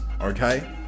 okay